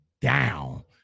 down